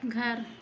घर